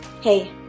hey